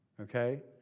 Okay